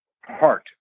heart